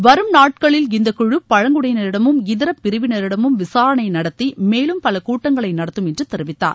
வரும் நாட்களில் இந்த குழு பழங்குடியினரிடமும் இதர பிரிவினரிடமும் விசாரணை நடத்தி மேலும் பல கூட்டஙகளை நடத்தும் என்று தெரிவித்தார்